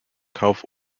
kauf